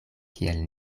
kiel